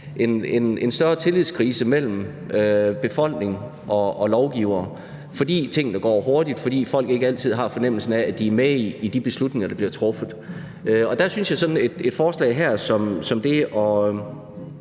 en større tillidskrise mellem befolkning og lovgivere, fordi tingene går hurtigt og folk ikke altid har fornemmelsen af, at de er med i de beslutninger, der bliver truffet. Der synes jeg, at sådan et forslag som det